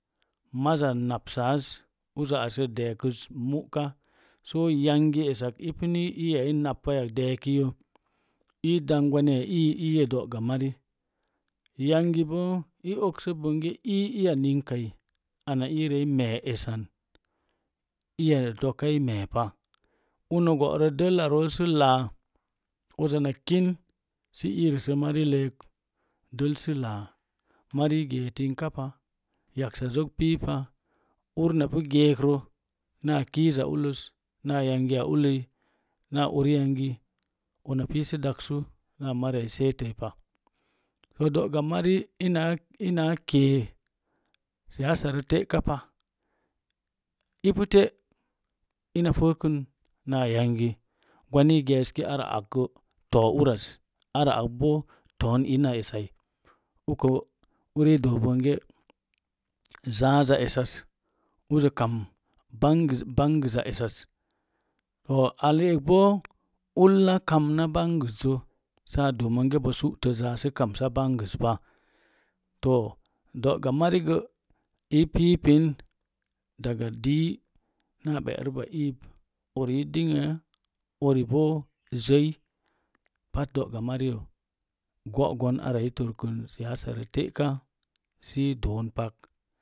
Mazza napsaas uzə asə deekəs mu'ka yangi esak ipuni iya i nau paiyak deekiyə ii dangwannia iyi iyi do'gamari yangi booi okso bonge ii iyaninkai ana iirə i mee essan iya dokai meepa uno go'rə dəllarol sə laa uza kin sə iirəsə mari leek dəlsə laa mari gee tingkapa yaksazok pipa urnapu geekrə naa kiiza ulləs naa yangi yna daksu naa mariya i seetəi pa do'gamari ina kee siyasa rə te'kapa ipu ina fəku naa yangi gwaniyi i geeski ara ak gə too uras ara ak bo too toon ina essai unə uri doo bonge zaaza essas uzə kam bangəza essas to a le'ekbo ulla kamna bangəszə sa doo monge bo su'te zaas sə kamsa bangəs pa to do'gamari gə i piipin daga dii naa ɓe'rəb ba iib uri i dəngye uribo zəi pat do'gamariro go'gon ara i torkən siyasarə te'ka sə doon pak sə but sə ree mu